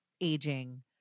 aging